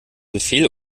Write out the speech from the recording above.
befehl